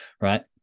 right